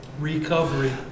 Recovery